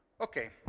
Okay